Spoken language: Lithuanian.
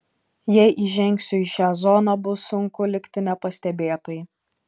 jei įžengsiu į šią zoną bus sunku likti nepastebėtai